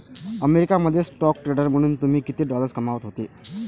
America मध्ये stock trader म्हणून तुम्ही किती डॉलर्स कमावत होते